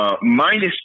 minus